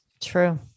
true